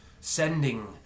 sending